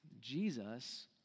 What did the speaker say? Jesus